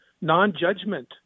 non-judgment